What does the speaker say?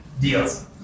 deals